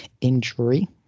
injury